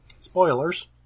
Spoilers